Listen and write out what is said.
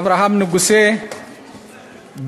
אברהם נגוסה,